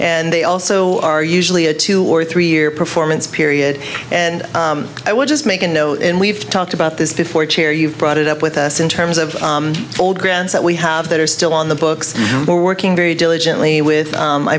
and they also are usually a two or three year performance period and i would just make a note and we've talked about this before chair you've brought it up with us in terms of old grants that we have that are still on the books we're working very diligently with